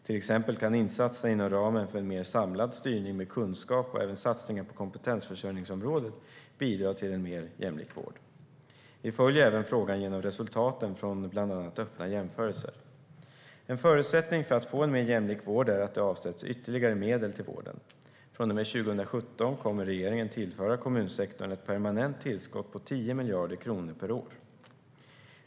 Till exempel kan insatserna inom ramen för en mer samlad styrning med kunskap och även satsningar på kompetensförsörjningsområdet bidra till en mer jämlik vård. Vi följer även frågan genom resultaten från bland annat öppna jämförelser. En förutsättning för att få en mer jämlik vård är att det avsätts ytterligare medel till vården. Från och med 2017 kommer regeringen att tillföra kommunsektorn ett permanent tillskott på 10 miljarder kronor per år.